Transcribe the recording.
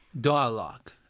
Dialogue